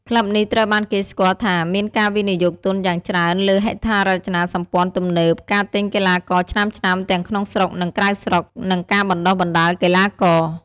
ក្លឹបនេះត្រូវបានគេស្គាល់ថាមានការវិនិយោគទុនយ៉ាងច្រើនលើហេដ្ឋារចនាសម្ព័ន្ធទំនើប ការទិញកីឡាករឆ្នើមៗទាំងក្នុងស្រុក និងក្រៅស្រុក និងការបណ្តុះបណ្តាលកីឡាករ។